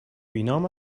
بینام